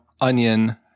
onion